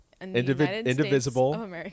Indivisible